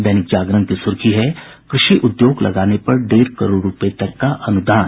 दैनिक जागरण की सुर्खी है कृषि उद्योग लगाने पर डेढ़ करोड़ रूपये तक का अनुदान